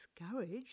discouraged